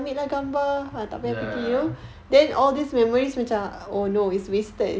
ya